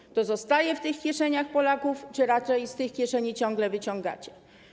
To w takim razie zostaje w tych kieszeniach Polaków czy raczej z tych kieszeni ciągle wyciągacie?